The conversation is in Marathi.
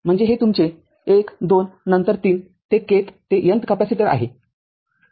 म्हणजे हे तुमचे १ २ नंतर ३ ते kth ते nth कॅपेसिटर आहे